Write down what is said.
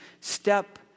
step